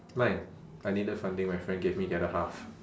like I needed funding my friend gave me the other half